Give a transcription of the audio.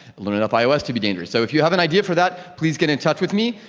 learn enough ios to be dangerous. so if you have an idea for that please get in touch with me,